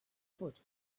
foot